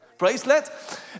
bracelet